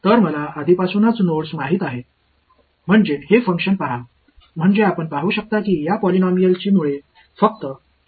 तर मला आधीपासूनच नोड्स माहित आहेत म्हणजे हे फंक्शन पहा म्हणजे आपण पाहू शकता की या पॉलिनॉमियलची मुळे फक्त आहेत